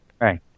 right